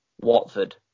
Watford